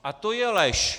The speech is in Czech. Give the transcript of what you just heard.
A to je lež!